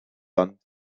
sand